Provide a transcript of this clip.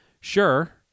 Sure